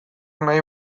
nahi